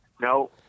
No